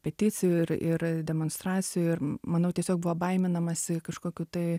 peticijų ir ir demonstracijų ir manau tiesiog buvo baiminamasi kažkokių tai